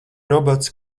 robots